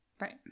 Right